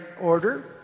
order